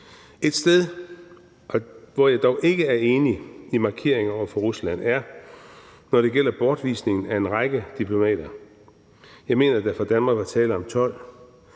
Et sted, hvor jeg dog ikke er enig i markeringen over for Rusland, er, når det gælder bortvisningen af en række diplomater. Jeg mener, at der i Danmark var tale om 12.